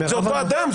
זה אותו פקיד.